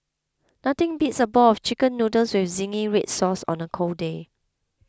nothing beats a bowl of Chicken Noodles with Zingy Red Sauce on a cold day